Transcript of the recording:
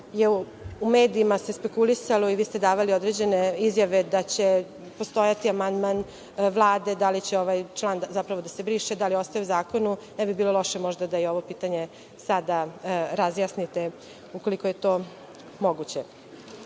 u medijima spekulisalo i vi ste davali određene izjave da će postojati amandman Vlade, da li će ovaj član da se briše, da li ostaje u zakonu, ne bi bilo loše da i ovo pitanje sada razjasnite ukoliko je to moguće.I